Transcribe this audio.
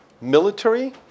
military